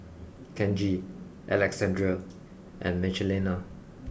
Kenji Alexandrea and Michelina